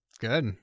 Good